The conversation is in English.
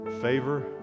favor